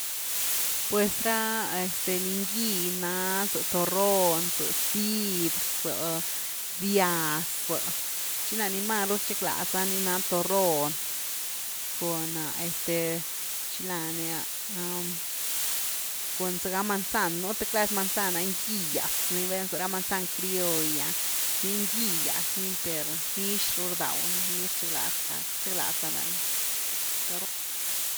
Pues ra este, ni ngy na, za toron, za zidr, za bíaz, za, tchi na ni maru rchiglaza ni na toron cun este ¿xila ni? Cun zaga manzan, nú th clas manzan’a ngy’gyas ni velna za ra manzan crioll’a ni ngýgyas ni, per nix ru rdaw ni. ni rchiglaz gaga, rchiglaza lani,